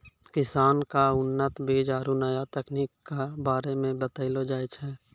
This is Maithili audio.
किसान क उन्नत बीज आरु नया तकनीक कॅ बारे मे बतैलो जाय छै